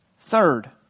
Third